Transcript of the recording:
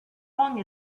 long